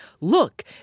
look